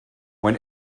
when